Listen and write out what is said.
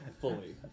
fully